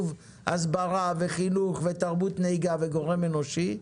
הסברה וחינוך ותרבות נהיגה וגורם אנושי,